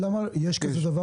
יש כזה דבר?